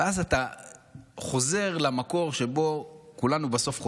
ואז חוזר למקום שאליו כולנו בסוף חוזרים,